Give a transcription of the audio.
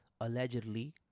allegedly